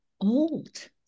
old